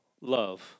love